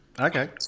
Okay